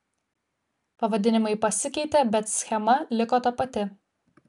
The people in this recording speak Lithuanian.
pavadinimai pasikeitė bet schema liko ta pati